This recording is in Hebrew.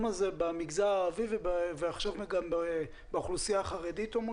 הזה במגזר הערבי ועכשיו גם באוכלוסייה החרדית.